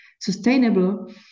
sustainable